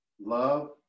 love